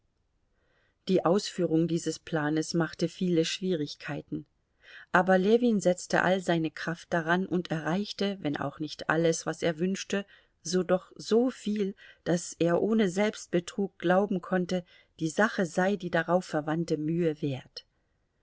die ausführung dieses planes machte viele schwierigkeiten aber ljewin setzte all seine kraft daran und erreichte wenn auch nicht alles was er wünschte so doch so viel daß er ohne selbstbetrug glauben konnte die sache sei die darauf verwandte mühe wert